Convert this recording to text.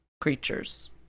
creatures